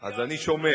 אז אני שומע,